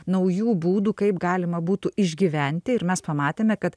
naujų būdų kaip galima būtų išgyventi ir mes pamatėme kad